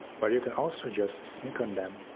but you can also just sneak on them.